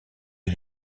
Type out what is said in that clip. est